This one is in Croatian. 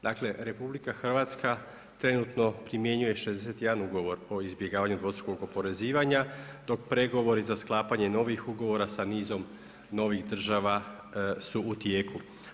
Dakle RH trenutno primjenjuje 61 ugovor o izbjegavanju dvostrukog oporezivanja dok pregovori za sklapanje novih ugovora sa nizom novih država su u tijeku.